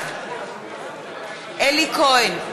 בעד אלי כהן,